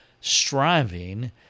striving